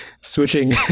Switching